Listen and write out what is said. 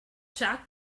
jack